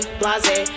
blase